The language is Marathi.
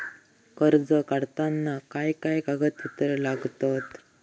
कर्ज काढताना काय काय कागदपत्रा लागतत?